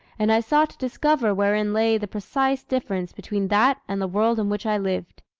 and i sought to discover wherein lay the precise difference between that and the world in which i lived.